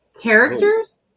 characters